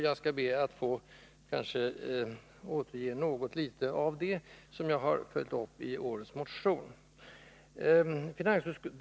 Jag skall be att få återge något litet av det, som jag nu har följt upp i årets motion.